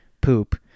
poop